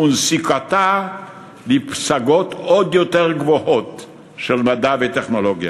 ובנסיקתה לפסגות עוד יותר גבוהות של מדע וטכנולוגיה.